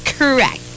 Correct